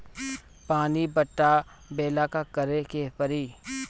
पानी पटावेला का करे के परी?